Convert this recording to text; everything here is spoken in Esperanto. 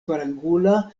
kvarangula